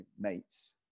mates